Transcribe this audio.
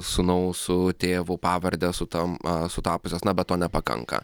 sūnaus su tėvu pavarde sutam sutapusios na bet to nepakanka